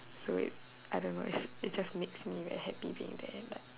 so it I don't know it's it just makes me very happy being there but